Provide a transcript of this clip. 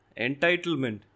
Entitlement